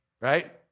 right